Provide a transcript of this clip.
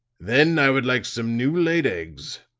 then i would like some new-laid eggs,